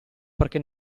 perché